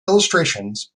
illustrations